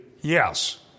yes